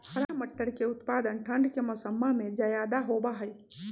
हरा मटर के उत्पादन ठंढ़ के मौसम्मा में ज्यादा होबा हई